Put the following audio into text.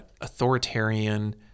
authoritarian